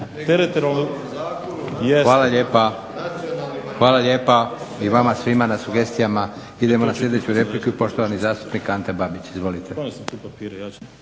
Hvala lijepa i vama svima na sugestijama. Idemo na sljedeću repliku i poštovani zastupnik Ante Babić.